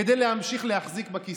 כדי להמשיך להחזיק בכיסא.